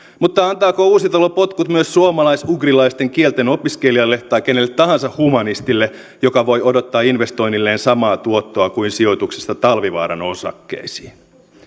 mutta antaako uusitalo potkut myös suomalais ugrilaisten kielten opiskelijalle tai kenelle tahansa humanistille joka voi odottaa investoinnilleen samaa tuottoa kuin sijoituksesta talvivaaran osakkeisiin